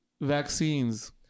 vaccines